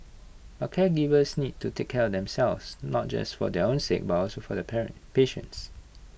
but caregivers need to take care of themselves not just for their own sake but also for their parent patients